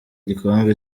igikombe